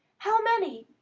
how many?